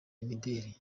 imideli